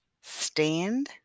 stand